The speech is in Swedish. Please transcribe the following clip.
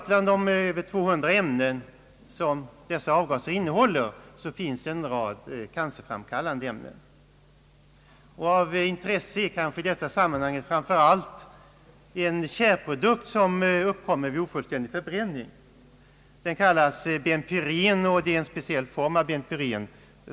Bland de mer än 200 ämnen som dessa avgaser innehåller finns en rad cancerframkallande ämnen. Av intresse är i detta sammanhang framför allt en tjärprodukt som uppkommer vid ofullständig förbränning och som kallas 3,4 benpyren.